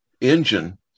engine